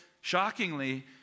shockingly